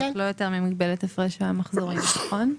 "אך לא יותר ממגבלת הפרש המחזורים", נכון?